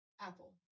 Apple